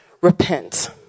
repent